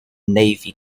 navy